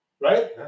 Right